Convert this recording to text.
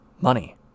money